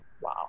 Wow